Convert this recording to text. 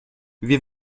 wir